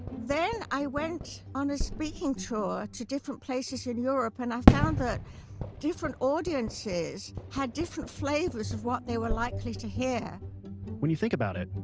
then i went on a speaking tour to different places in europe, and i found that different audiences had different flavors of what they were likely to hear when you think about it,